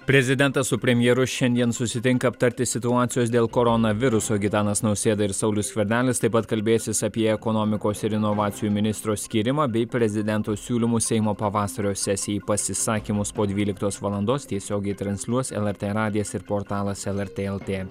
prezidentas su premjeru šiandien susitinka aptarti situacijos dėl koronaviruso gitanas nausėda ir saulius skvernelis taip pat kalbėsis apie ekonomikos ir inovacijų ministro skyrimą bei prezidento siūlymus seimo pavasario sesijai pasisakymus po dvyliktos valandos tiesiogiai transliuos lrt radijas ir portalas lrt lt